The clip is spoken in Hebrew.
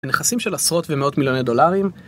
נכסים של עשרות ומאות מיליוני דולרים.